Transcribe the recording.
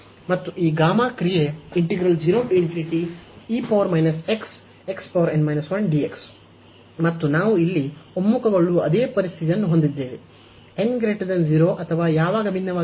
ಮತ್ತು ಈ ಗಾಮಾ ಕ್ರಿಯೆ ಮತ್ತು ನಾವು ಇಲ್ಲಿ ಒಮ್ಮುಖಗೊಳ್ಳುವ ಅದೇ ಪರಿಸ್ಥಿತಿಯನ್ನು ಹೊಂದಿದ್ದೇವೆ n 0 ಅಥವಾ ಯಾವಾಗ ಭಿನ್ನವಾಗಿರುತ್ತದೆ n≤0